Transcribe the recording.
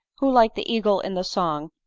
who, like the eagle in the song,